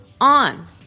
on